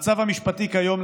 לפי המצב המשפטי כיום,